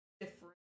different